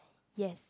yes